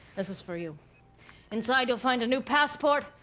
this is for you inside, you'll find a new passport,